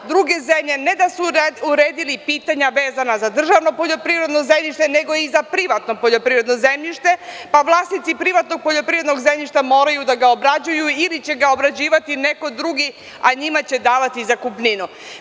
Druge zemlje ne da su uredile pitanja vezana za državno poljoprivredno zemljište, nego i za privatno poljoprivredno zemljište, pa vlasnici privatnog poljoprivrednog zemljišta moraju da ga obrađuju ili će ga obrađivati neko drugi, a njima će davati zakupninu.